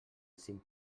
cinc